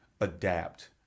adapt